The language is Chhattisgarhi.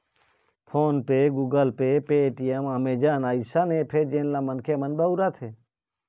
फोन पे, गुगल पे, पेटीएम, अमेजन अइसन ऐप्स हे जेन ल मनखे मन बउरत हें